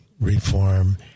reform